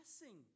blessing